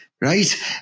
right